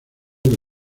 que